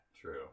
true